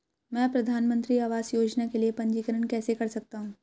मैं प्रधानमंत्री आवास योजना के लिए पंजीकरण कैसे कर सकता हूं?